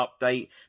update